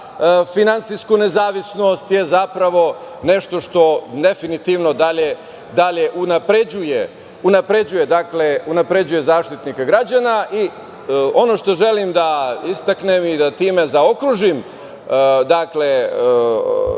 finansijsku nezavisnost, zapravo je nešto što definitivno dalje unapređuje Zaštitnika građana. Ono što želim da istaknem i da time zaokružim ono